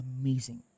amazing